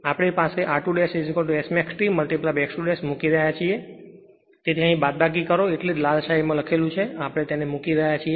તેથી અહીં આપણી પાસે r2S max T x 2 મૂકી રહ્યા છીએ તેથી અહીં બાદબાકી કરો એટલે જ અહીં લાલ શાહીમાં લખ્યું છે આપણે તેને મૂકી રહ્યા છીએ